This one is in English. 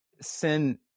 sin